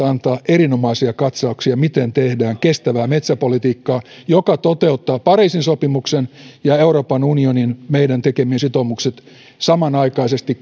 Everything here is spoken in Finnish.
antaa erinomaisia katsauksia siitä miten tehdään kestävää metsäpolitiikkaa joka toteuttaa meidän tekemämme pariisin sopimuksen ja euroopan unionin sitoumukset samanaikaisesti